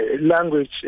language